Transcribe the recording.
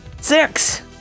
Six